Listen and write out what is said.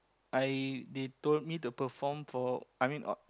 I they told me to perform for I mean